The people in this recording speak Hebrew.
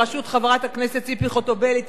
בראשות חברת הכנסת ציפי חוטובלי,